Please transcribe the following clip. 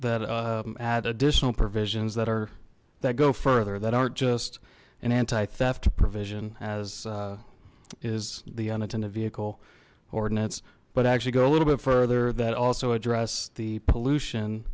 that add additional provisions that are that go further that aren't just an anti theft provision as is the unattended vehicle ordinance but actually go a little bit further that also address the pollution